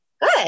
Good